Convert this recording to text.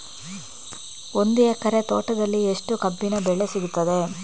ಒಂದು ಎಕರೆ ತೋಟದಲ್ಲಿ ಎಷ್ಟು ಕಬ್ಬಿನ ಬೆಳೆ ಸಿಗುತ್ತದೆ?